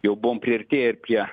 jau buvom priartėję ir prie